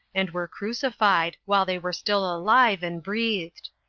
and were crucified, while they were still alive, and breathed.